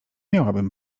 miałabym